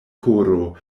koro